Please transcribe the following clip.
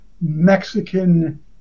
Mexican